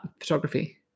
Photography